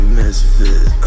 misfit